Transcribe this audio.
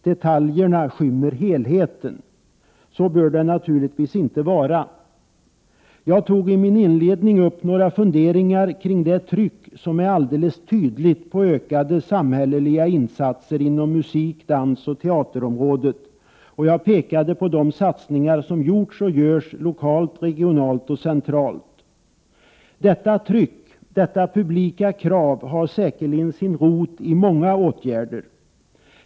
Detaljerna skymmer helheten. Så bör det naturligtvis inte vara. Jag tog i min inledning upp några funderingar kring det tryck som är alldeles tydligt på ökade samhälleliga insatser inom musik-, dansoch teaterområdet, och jag visade på de satsningar som gjorts och görs lokalt, 61 regionalt och centralt. Detta tryck, detta publika krav, har säkerligen sin rot i många åtgärder.